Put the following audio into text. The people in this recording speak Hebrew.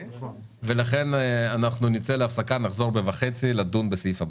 אנחנו נצא להפסקה ונחזור ב-18:30 לדון בסעיף הבא.